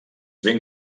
ben